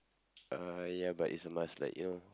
uh ya but it's a must like you know